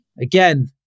Again